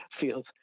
feels